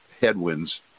headwinds